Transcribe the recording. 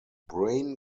brain